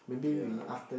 ya